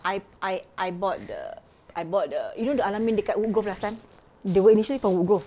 I I I bought the I bought the you know the al-amin dekat woodgrove last time they were initially from woodgrove